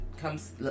comes